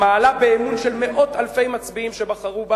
מעלה באמון של מאות אלפי מצביעים שבחרו בה